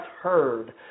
heard